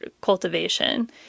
cultivation